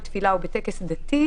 בתפילה או בטקס דתי,